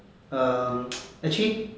um actually